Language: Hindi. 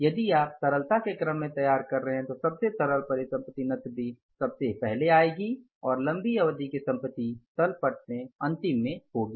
यदि आप तरलता के क्रम में तैयार कर रहे हैं तो सबसे तरल परिसंपत्ति नकदी सबसे पहले आएगी और लंबी अवधि की संपत्ति तल पट में अंतिम में होगी